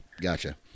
Gotcha